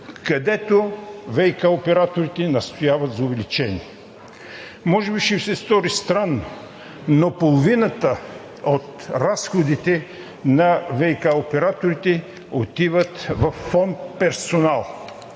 където ВиК операторите настояват за увеличение. Може би ще Ви се стори странно, но половината от разходите на ВиК операторите отиват във фонд „Персонал“.